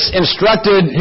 instructed